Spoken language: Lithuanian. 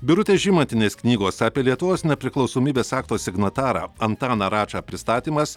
birutės žymantienės knygos apie lietuvos nepriklausomybės akto signatarą antaną račą pristatymas